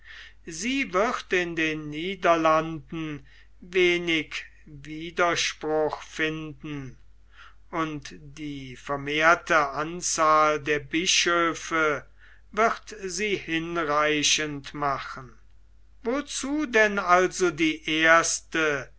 sie wird in den niederlanden wenig widerspruch finden und die vermehrte anzahl der bischöfe wird sie hinreichend machen wozu denn also die erste